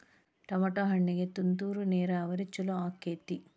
Tomato ಹಣ್ಣಿಗೆ ತುಂತುರು ನೇರಾವರಿ ಛಲೋ ಆಕ್ಕೆತಿ?